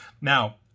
Now